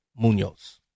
Munoz